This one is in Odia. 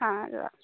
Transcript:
ହଁ ରୁହ